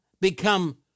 become